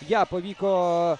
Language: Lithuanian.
ją pavyko